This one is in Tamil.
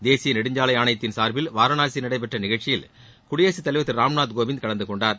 தேசிய நெடுஞ்சாலை ஆணையத்தின் சார்பில் வாரணாசியில் நடைபெற்ற நிகழ்ச்சியில் குடியரசு தலைவர் திரு ராம்நாத் கோவிந்த் கலந்து கொண்டார்